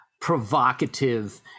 provocative